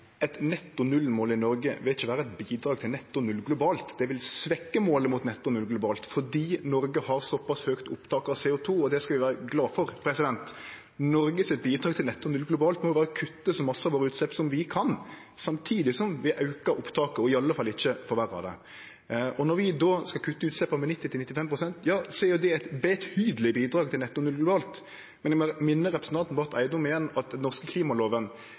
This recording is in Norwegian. eit netto null-mål i Noreg ikkje vil vere eit bidrag til netto null globalt. Det vil svekkje målet mot netto null globalt, fordi Noreg har såpass høgt opptak av CO 2 , og det skal vi vere glade for. Noreg sitt bidrag til netto null globalt må vere å kutte så mykje av våre utslepp som vi kan, samtidig som vi aukar opptaket og i alle fall ikkje forverrar det. Når vi då skal kutte utsleppa med 90–95 pst., er det eit betydeleg bidrag til netto null globalt, men igjen må eg minne representanten Barth Eide om at den norske